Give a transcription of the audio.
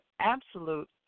absolute